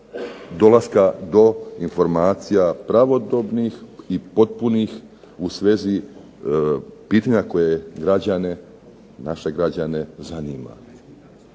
dolaska do informacija pravodobnih i potpunih u svezi pitanja koje građane naše građane zanima.